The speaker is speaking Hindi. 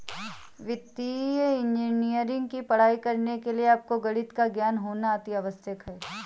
वित्तीय इंजीनियरिंग की पढ़ाई करने के लिए आपको गणित का ज्ञान होना अति आवश्यक है